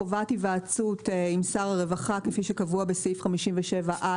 חובת היוועצות עם שר הרווחה כפי שקבוע בסעיף 57א